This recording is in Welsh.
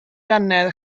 dannedd